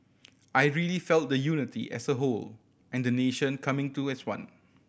I really felt the unity as a whole and the nation coming to as one